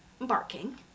Barking